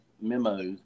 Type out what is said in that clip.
memos